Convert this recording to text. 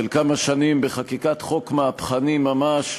של כמה שנים, בחקיקת חוק מהפכני ממש,